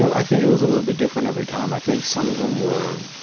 i think it was a little bit different every time. i think some of them were